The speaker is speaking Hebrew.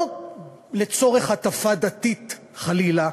לא לצורך הטפה דתית חלילה,